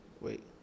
Wait